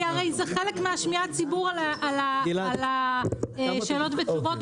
כי הרי זה חלק משמיעת הציבור על השאלות ותשובות